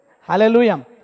Hallelujah